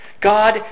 God